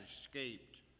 escaped